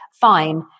fine